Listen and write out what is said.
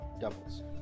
doubles